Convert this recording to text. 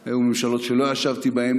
והיו ממשלות שלא ישבתי בהן.